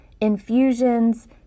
infusions